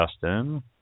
Justin